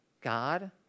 God